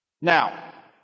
Now